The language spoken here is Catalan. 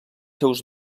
seus